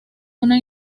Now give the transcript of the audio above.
una